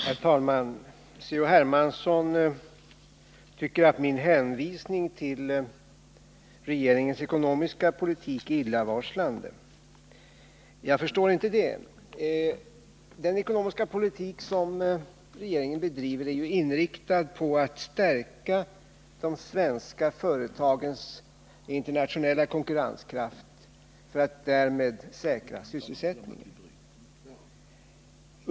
Herr talman! C.-H. Hermansson tycker att min hänvisning till regeringens ekonomiska politik är illavarslande. Jag förstår inte det. Den ekonomiska politik som regeringen bedriver är ju inriktad på att stärka de svenska företagens internationella konkurrenskraft för att därmed säkra sysselsättningen.